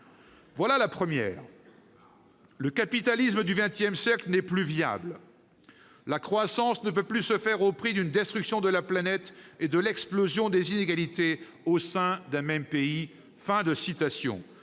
Voici la première :« Le capitalisme du XX siècle n'est plus viable. La croissance ne peut plus se faire au prix d'une destruction de la planète et de l'explosion des inégalités au sein d'un même pays. »